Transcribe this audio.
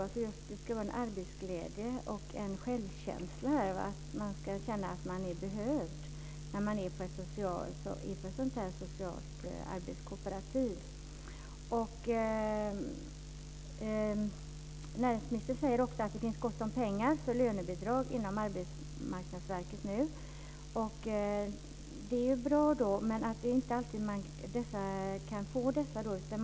Det ska finnas en arbetsglädje och en självkänsla - man ska känna att man är behövd när man är på ett socialt arbetskooperativ. Näringsministern säger också att det nu finns gott om pengar för lönebidrag inom Arbetsmarknadsverket. Det är ju bra, men det är inte alltid de här personerna kan få de pengarna.